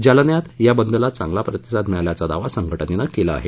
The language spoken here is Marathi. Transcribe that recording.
जालन्यात या बंदला चांगला प्रतिसाद मिळाल्याचा दावा संघटनेनं केला आहे